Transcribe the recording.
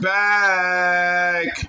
back